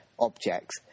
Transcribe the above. objects